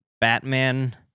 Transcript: batman